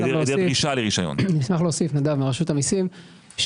רשות המיסים.